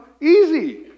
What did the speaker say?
Easy